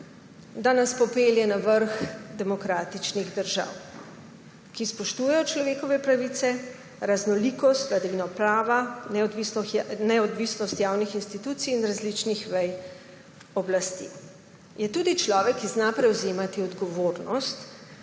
da nas popelje na vrh demokratičnih držav, ki spoštujejo človekove pravice, raznolikost, vladavino prava, neodvisnost javnih institucij in različnih vej oblasti. Je tudi človek, ki zna prevzemati odgovornost.